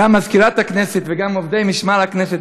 גם מזכירת הכנסת וגם עובדי משמר הכנסת,